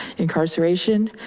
incarceration,